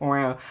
Wow